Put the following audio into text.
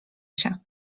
się